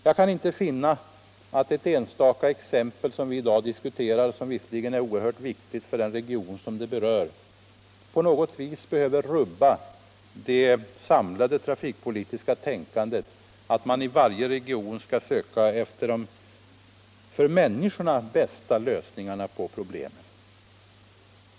Jag kan inte finna att ett enstaka exempel, som det vi i dag diskuterar och som är oerhört viktigt för den region det berör, på något sätt behöver rubba den trafikpolitiska tanken att man i varje region skall söka efter de för människorna bästa lösningarna på problemen.